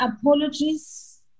apologies